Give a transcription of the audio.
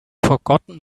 forgotten